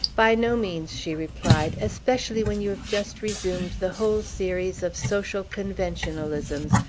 by no means, she replied, especially when you have just resumed the whole series of social conventionalisms,